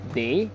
day